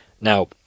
Now